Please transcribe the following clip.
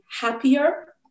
happier